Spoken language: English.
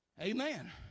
Amen